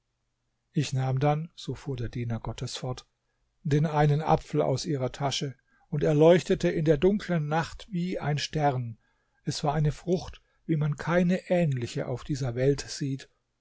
ich nahm dann so fuhr der diener gottes fort den einen apfel aus ihrer tasche und er leuchtete in der dunklen nacht wie ein stern es war eine frucht wie man keine ähnliche auf dieser welt sieht